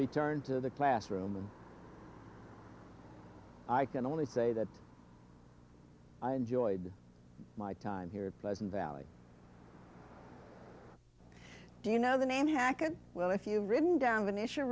return to the classroom and i can only say that i enjoyed my time here pleasant valley do you know the name hackett well if you've ridden down the nation